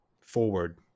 forward